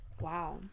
Wow